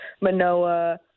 Manoa